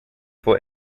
for